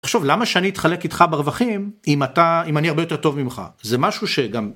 שוב למה שאני אתחלק איתך ברווחים, אם אתה, אם אני הרבה יותר טוב ממך? זה משהו שגם...